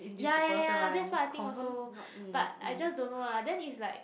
ya ya ya that's what I think also but I just don't know lah then it's like